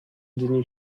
dni